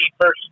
first